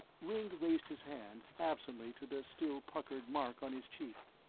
ringg raised his hand, absently, to the still-puckered mark on his cheek,